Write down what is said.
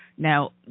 Now